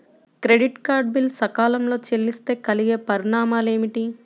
Credit card bill సకాలంలో చెల్లిస్తే కలిగే పరిణామాలేమిటి?